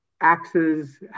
axes